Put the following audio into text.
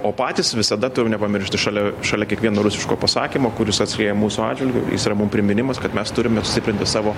o patys visada turim nepamiršti šalia šalia kiekvieno rusiško pasakymo kuris atskrieja mūsų atžvilgiu jis yra mum priminimas kad mes turime sustiprinti savo